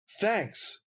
Thanks